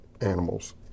animals